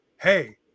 hey